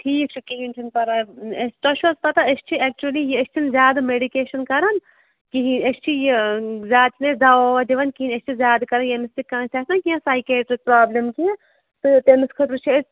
ٹھیٖک چھُ کِہیٖنۍ چھُنہٕ پرواے تۄہہِ چھُ حظ پَتہ أسۍ چھِ اٮ۪کچُلی یہِ أسۍ چھِنہٕ زیادٕ میٚڈِکیشَن کَرن کِہیٖنۍ أسۍ چھِ یہِ زیادٕ چھِنہٕ أسۍ دَوا وَوا دِوَان کِہیٖنۍ أسۍ چھِ زیادٕ کَرَان ییٚمِس تہِ کانٛہہ تہِ آسہِ نہ کینٛہہ سایکیٹِرٛک پرٛابلِم کینٛہہ تہٕ تٔمِس خٲطرٕ چھِ أسۍ